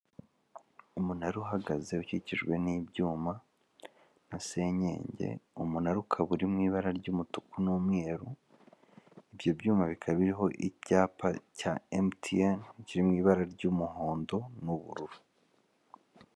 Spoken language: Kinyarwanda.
Umunara uhagaze ukikijwe n'ibyuma na senyenge umunara ukaba uri mu ibara ry'umutuku n'umweru, ibyo byuma bikaba biriho icyapa cya emutiyeni kiri mu ibara ry'umuhondo n'ubururu.